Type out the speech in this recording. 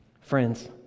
Friends